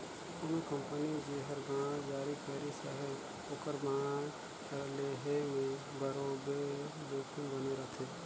कोनो कंपनी जेहर बांड जारी करिस अहे ओकर बांड ल लेहे में बरोबेर जोखिम बने रहथे